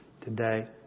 today